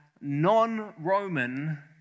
non-Roman